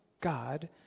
God